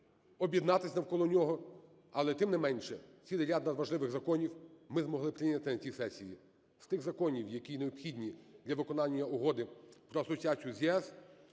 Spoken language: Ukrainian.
об'єднатись навколо нього, але, тим не менше, цілий ряд надважливих законів ми змогли прийняти на цій сесії. З тих законів, які необхідні для виконання Угоди про асоціацію з ЄС,